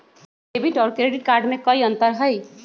Debit और credit card में कई अंतर हई?